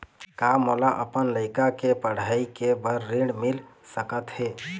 का मोला अपन लइका के पढ़ई के बर ऋण मिल सकत हे?